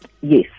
Yes